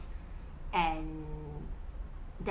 and